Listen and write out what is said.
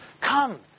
come